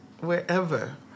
wherever